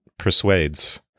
persuades